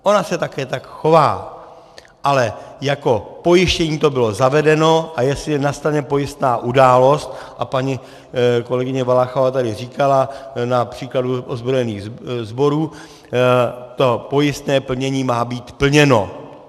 Ona se také tak chová, ale jako pojištění to bylo zavedeno, a jestli nastane pojistná událost, a paní kolegyně Valachová tady říkala na příkladu ozbrojených sborů, to pojistné plnění má být plněno.